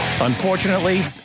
Unfortunately